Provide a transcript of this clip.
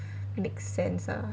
makes sense lah